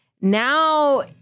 now